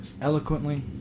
eloquently